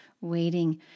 waiting